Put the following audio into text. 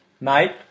Mate